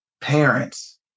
parents